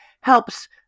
helps